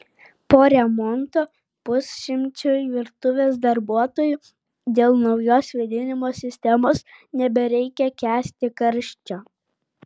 po remonto pusšimčiui virtuvės darbuotojų dėl naujos vėdinimo sistemos nebereikia kęsti karščio